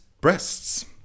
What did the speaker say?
breasts